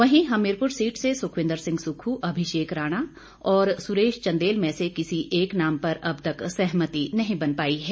वहीं हमीरपुर सीट से सुखविंद्र सिंह सुक्खू अभिषेक राणा और सुरेश चंदेल में से किसी एक नाम पर अब तक सहमति नहीं बन पाई है